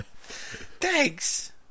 Thanks